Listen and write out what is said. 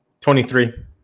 23